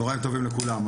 צהרים טובים לכולם.